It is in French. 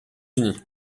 unis